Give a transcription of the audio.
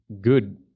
good